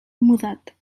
mudat